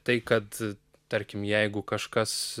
tai kad tarkim jeigu kažkas